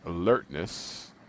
Alertness